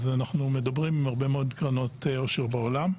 אז אנחנו מדברים עם הרבה מאוד קרנות עושר בעולם.